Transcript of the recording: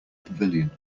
pavilion